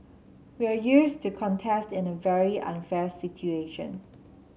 we are used to contest in a very unfair situation